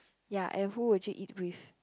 ya and who would you eat with